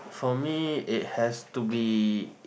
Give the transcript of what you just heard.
for me it has to be